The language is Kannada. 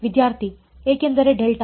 ವಿದ್ಯಾರ್ಥಿ ಏಕೆಂದರೆ ಡೆಲ್ಟಾ